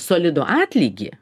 solidų atlygį